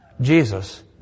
Jesus